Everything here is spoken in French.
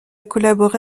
collaboré